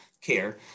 care